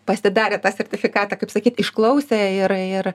pasidarė tą sertifikatą kaip sakyt išklausė ir ir